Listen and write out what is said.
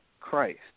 Christ